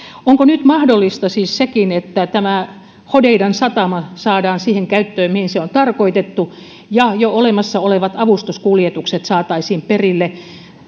onko nyt mahdollista siis sekin että tämä hodeidan satama saadaan siihen käyttöön mihin se on tarkoitettu ja jo olemassa olevat avustuskuljetukset saataisiin perille